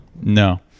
no